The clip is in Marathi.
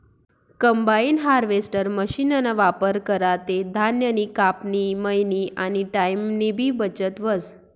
कंबाइन हार्वेस्टर मशीनना वापर करा ते धान्यनी कापनी, मयनी आनी टाईमनीबी बचत व्हस